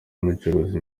umucuruzi